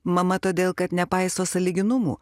mama todėl kad nepaiso sąlyginumų